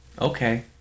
Okay